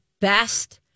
best